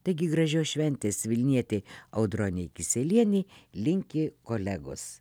taigi gražios šventės vilnietei audronei kisielienei linki kolegos